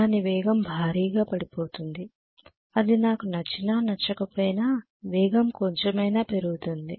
దాని వేగం భారీగా పెరిగిపోతుంది అది నాకు నచ్చినా నచ్చకపోయినా వేగం కొంచమైన పెరుగుతుంది